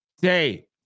day